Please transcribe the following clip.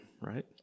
right